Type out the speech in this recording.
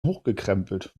hochgekrempelt